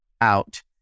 out